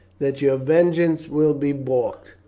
that your vengeance will be baulked.